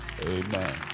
amen